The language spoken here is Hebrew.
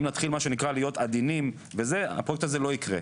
אם אנחנו נהיה עדינים, הפרויקט הזה לא יקרה.